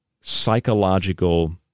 psychological